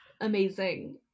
amazing